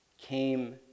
came